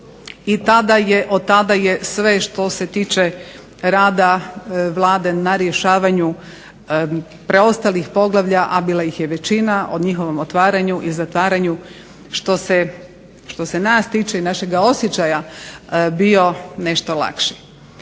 i od tada je sve što se tiče rada Vlade na rješavanju preostalih poglavlja, a bila ih je većina o njihovom otvaranju i zatvaranju, što se tiče našega osjećaja bio nešto lakši.